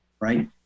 Right